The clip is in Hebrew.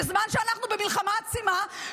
בזמן שאנחנו במלחמה עצימה,